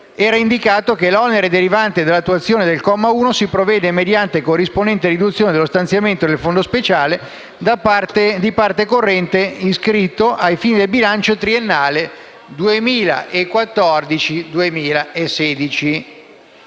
è indicato che: «all'onere derivante dall'attuazione del comma 1 si provvede mediante corrispondente riduzione dello stanziamento del fondo speciale di parte corrente iscritto, ai fini del bilancio triennale 2014-2016